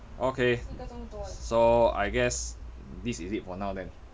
okay so I guess this is it for now then